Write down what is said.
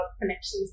connections